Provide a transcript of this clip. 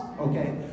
okay